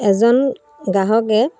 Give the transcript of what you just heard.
এজন গ্ৰাহকে